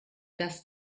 das